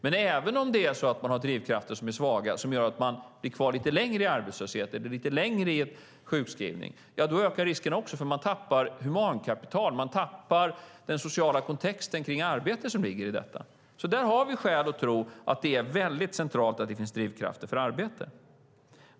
Men även om drivkrafterna är svaga, vilket gör att man blir kvar lite längre i arbetslöshet eller sjukskrivning, ökar risken även då eftersom man tappar humankapital, man tappar den sociala kontexten kring arbetet. Därför har vi skäl att tro att det är väldigt centralt att det finns drivkrafter för arbete.